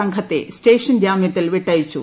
സംഘത്തെ സ്റ്റേഷൻ ജാമ്യത്തിൽ വിട്ടയച്ചു